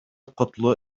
котлы